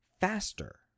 faster